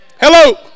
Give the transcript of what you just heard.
Hello